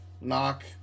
Knock